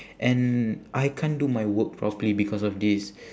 and I can't do my work properly because of this